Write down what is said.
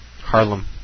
Harlem